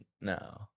No